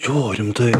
jo rimtai